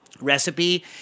recipe